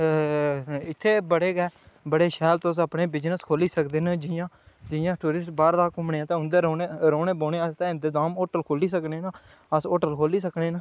इत्थे बड़े गै बड़े शैल तुस अपने बिजनेस खोह्ल्ली सकदे न जियां जियां टुरिस्ट बाहर दा ते घुम्मनै गी औंदे गै रौहने न उं'दे रौहने बौहने आस्तै इंतजाम होटल ते खोह्ल्ली सकने न अस होटल खोली सकने न